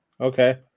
Okay